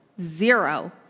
zero